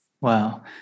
Wow